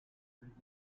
present